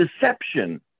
deception